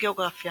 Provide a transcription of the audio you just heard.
גאוגרפיה